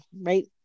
right